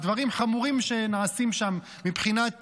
על דברים חמורים שנעשים שם מבחינת